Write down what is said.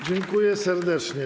Dziękuję serdecznie.